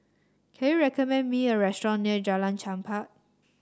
can you recommend me a restaurant near Jalan Chempah